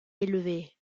élevé